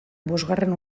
bosgarren